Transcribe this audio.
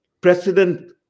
president